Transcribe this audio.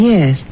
Yes